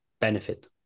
benefit